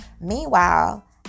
meanwhile